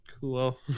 cool